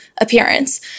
appearance